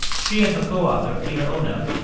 she and her co-author, peter onuf,